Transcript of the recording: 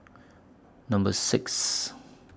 Number six